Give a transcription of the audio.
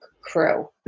crew